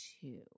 two